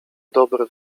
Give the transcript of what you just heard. dobre